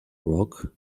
rock